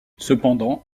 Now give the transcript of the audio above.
cependant